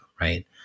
right